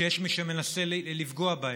שיש מי שמנסה לפגוע בהם.